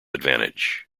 advantage